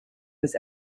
was